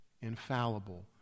infallible